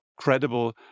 credible